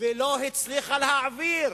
ולא הצליחה להעביר,